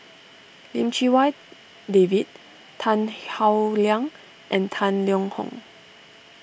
Lim Chee Wai David Tan Howe Liang and Tang Liang Hong